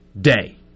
day